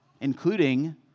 including